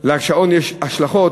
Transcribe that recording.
לשעון יש השלכות,